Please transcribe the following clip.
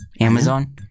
Amazon